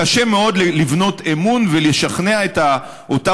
קשה מאוד לבנות אמון ולשכנע את אותה